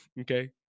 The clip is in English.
Okay